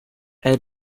elle